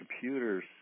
computers